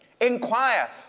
Inquire